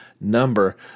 number